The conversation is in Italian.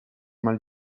mal